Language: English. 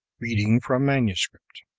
reading from manuscript